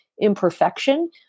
imperfection